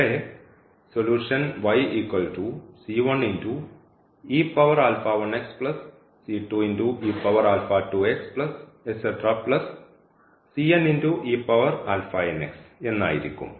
ഇവിടെ സൊലൂഷൻ എന്നായിരിക്കും